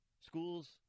Schools